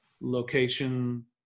location